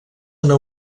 una